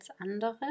andere